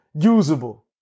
usable